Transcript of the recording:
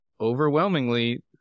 overwhelmingly